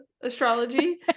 astrology